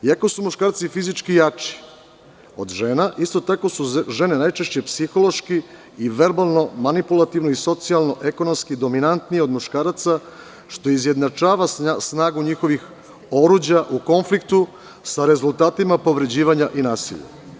Iako su muškarci fizički jači od žena, isto tako su žene najčešće psihološki i verbalno, manipulativno, socijalno i ekonomski dominantnije od muškaraca, što izjednačava snagu njihovih oruđa u konfliktu sa rezultatima povređivanja i nasilja.